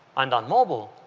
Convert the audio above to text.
and on mobile,